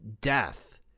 death